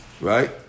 Right